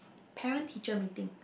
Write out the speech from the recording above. parent teacher meeting